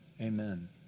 Amen